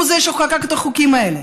הוא שחוקק את החוקים האלה.